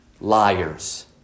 Liars